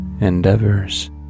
endeavors